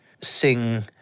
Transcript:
sing